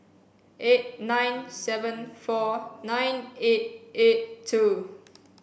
eight nine seven four nine eight eight two